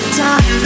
time